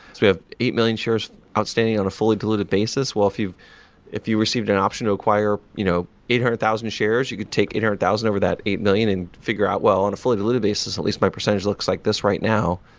we have eight million shares outstanding on a fully diluted basis while if you if you received and option to acquire you know eight hundred thousand shares, you could take eight hundred thousand over that eight million and figure out, well, on a fully diluted basis, at least my percentage looks like this right now.